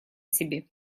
себе